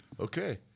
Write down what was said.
Okay